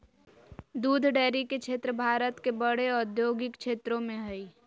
दूध डेरी के क्षेत्र भारत के बड़े औद्योगिक क्षेत्रों में हइ